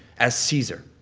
as caesar.